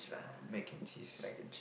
mac and cheese